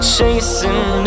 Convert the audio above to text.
Chasing